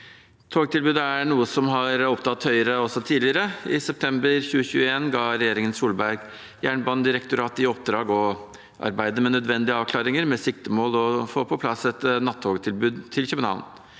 Togtilbudet er noe som har opptatt Høyre også tidligere. I september 2021 ga regjeringen Solberg Jernbanedirektoratet i oppdrag å arbeide med nødvendige avklaringer med siktemål å få på plass et nattogtilbud til København.